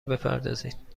بپردازید